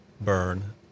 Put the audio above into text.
burn